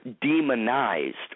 demonized